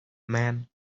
man